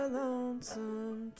lonesome